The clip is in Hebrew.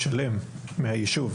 המשך היישוב.